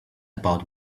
about